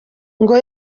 ngo